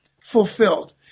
fulfilled